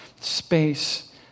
space